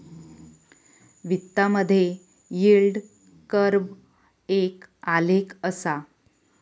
वित्तामधे yield curve एक आलेख असा